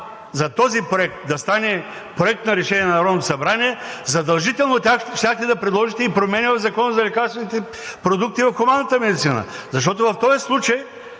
този проект да стане Проект на решение на Народното събрание, задължително щяхте да предложите промени в Закона за лекарствените продукти в хуманната медицина. В този случай